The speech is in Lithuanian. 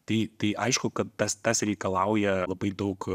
tai tai aišku kad tas tas reikalauja labai daug